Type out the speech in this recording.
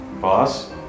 Boss